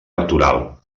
electoral